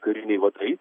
kariniai vadai